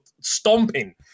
stomping